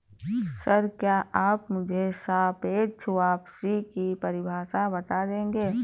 Sir, क्या आप मुझे सापेक्ष वापसी की परिभाषा बता देंगे?